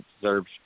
observed